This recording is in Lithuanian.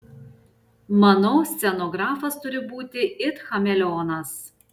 manau scenografas turi būti it chameleonas